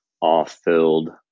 off-filled